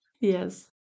Yes